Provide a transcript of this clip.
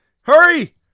Hurry